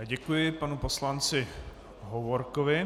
Děkuji panu poslanci Hovorkovi.